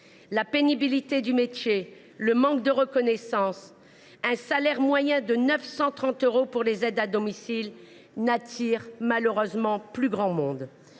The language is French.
la pénibilité du métier, le manque de reconnaissance et un salaire moyen de 930 euros pour les aides à domicile n’attirent malheureusement pas grand monde